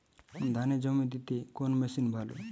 ধানে জল দিতে কোন মেশিন ভালো?